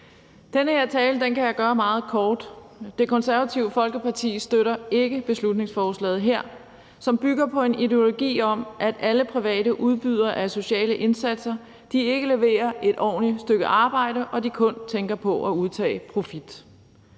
Den her tale kan jeg gøre meget kort. Det Konservative Folkeparti støtter ikke beslutningsforslaget her, som bygger på en ideologi om, at alle private udbydere af sociale indsatser ikke leverer et ordentligt stykke arbejde, og at de kun tænker på at udtage profit.